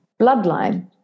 bloodline